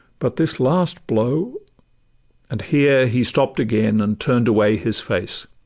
but this last blow-' and here he stopp'd again, and turn'd away his face.